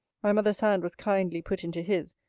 my mother's hand was kindly put into his,